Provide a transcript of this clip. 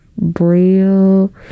braille